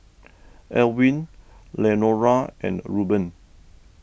Elwin Lenora and Reuben